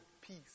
peace